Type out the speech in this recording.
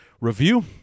Review